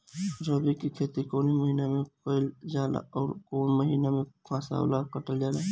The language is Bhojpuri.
रबी की खेती कौने महिने में कइल जाला अउर कौन् महीना में फसलवा कटल जाला?